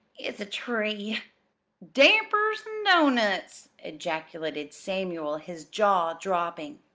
it's a tree dampers and doughnuts! ejaculated samuel, his jaw dropping.